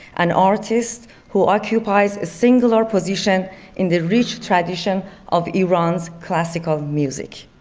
an artist who occupies a singular position in the rich tradition of iran's classical music.